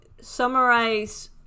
summarize